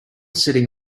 sitting